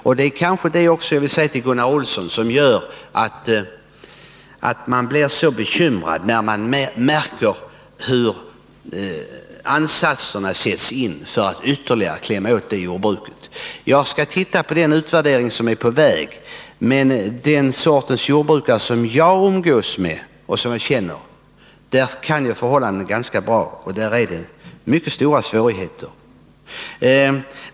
Och det är kanske det — jag vill säga det till Gunnar Olsson — som gör att man blir så bekymrad när man märker ansatser för att ytterligare klämma åt jordbrukarna. 79 Jag skall titta på den utvärdering som är på väg. Men beträffande den sorts jordbrukare som jag umgås med och känner — där jag kan förhållandena ganska bra — är det mycket stora svårigheter.